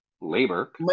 labor